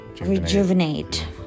Rejuvenate